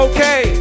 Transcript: Okay